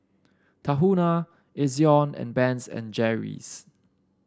Tahuna Ezion and Ben's and Jerry's